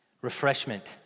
Refreshment